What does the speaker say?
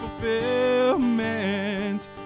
fulfillment